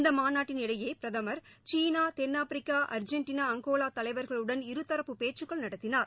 இந்தமாநாட்டன் இடையேபிரதமர் தென்னாப்பிரிக்கா சீனா அர்ஜெண்டனா அங்கோலாதலைவர்களுடன் இருதரப்பு பேச்சுக்கள் நடத்தினார்